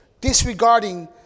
disregarding